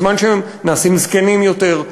בזמן שהם נעשים זקנים יותר,